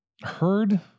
Heard